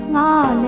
aa